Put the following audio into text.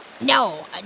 No